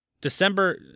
december